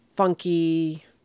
funky